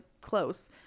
close